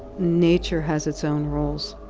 nature has its own rules.